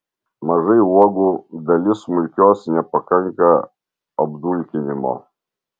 mažai uogų dalis smulkios nepakanka apdulkinimo